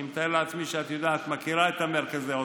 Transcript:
אני מתאר לעצמי שאת מכירה את מרכזי העוצמה.